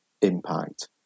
impact